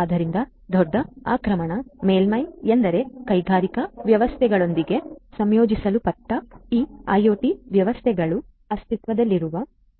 ಆದ್ದರಿಂದ ದೊಡ್ಡ ಆಕ್ರಮಣ ಮೇಲ್ಮೈ ಎಂದರೆ ಕೈಗಾರಿಕಾ ವ್ಯವಸ್ಥೆಗಳೊಂದಿಗೆ ಸಂಯೋಜಿಸಲ್ಪಟ್ಟ ಈ ಐಒಟಿ ವ್ಯವಸ್ಥೆಗಳಲ್ಲಿ ಅಸ್ತಿತ್ವದಲ್ಲಿರುವ